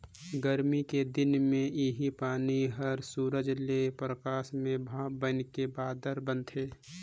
गरमी के दिन मे इहीं पानी हर सूरज के परकास में भाप बनके बादर बनथे